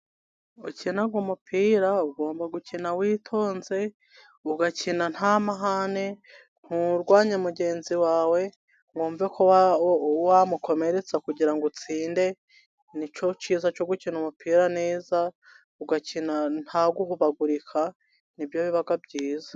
Ukina umupira, ugomba gukina witonze, ugakina nta mahane, nturwanye mugenzi wawe ngo wumve ko wamukomeretsa kugira ngo utsinde. Nicyo cyiza cyo gukina umupira neza, ugakina ntaguhubagurika, nibyo biba byiza.